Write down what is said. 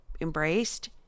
embraced